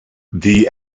the